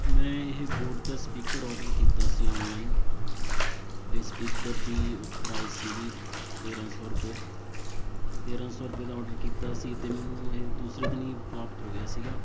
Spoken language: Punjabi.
ਮੈਂ ਇਹ ਬੋਟ ਦਾ ਸਪੀਕਰ ਔਡਰ ਕੀਤਾ ਸੀ ਔਨਲਾਈਨ ਇਹ ਸਪੀਕਰ ਦੀ ਪ੍ਰਾਈਸ ਸੀਗੀ ਤੇਰ੍ਹਾਂ ਸੌ ਰੁਪਏ ਤੇਰ੍ਹਾਂ ਸੌ ਰੁਪਏ ਦਾ ਔਡਰ ਕੀਤਾ ਸੀ ਅਤੇ ਮੈਨੂੰ ਇਹ ਦੂਸਰੇ ਦਿਨ ਹੀ ਪ੍ਰਾਪਤ ਹੋ ਗਿਆ ਸੀਗਾ